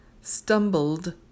Stumbled